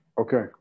Okay